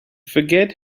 forget